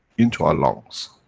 into our lungs.